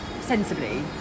sensibly